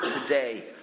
today